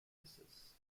mrs